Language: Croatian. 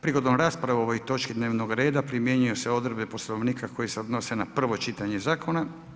Prigodom rasprave o ovoj točki dnevno reda primjenjuju se odredbe Poslovnika koje se odnose na prvo čitanje zakona.